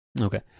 Okay